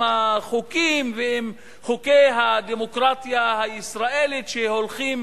החוקים ועם חוקי הדמוקרטיה הישראלית שהולכים